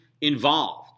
involved